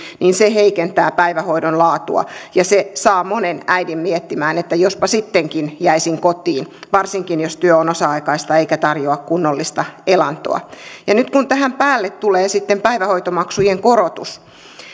heikentää päivähoidon laatua se saa monen äidin miettimään että jospa sittenkin jäisin kotiin varsinkin jos työ on osa aikaista eikä tarjoa kunnollista elantoa nyt kun tähän päälle tulee sitten päivähoitomaksujen korotus